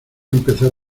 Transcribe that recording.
empezar